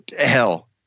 hell